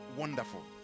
wonderful